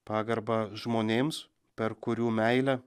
pagarbą žmonėms per kurių meilę